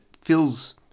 feels